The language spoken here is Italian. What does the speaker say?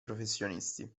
professionisti